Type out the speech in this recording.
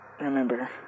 remember